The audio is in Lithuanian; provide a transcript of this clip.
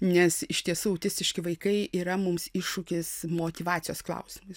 nes iš tiesų autistiški vaikai yra mums iššūkis motyvacijos klausimais